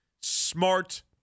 smart